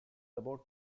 about